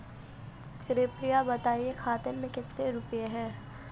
कृपया बताएं खाते में कितने रुपए हैं?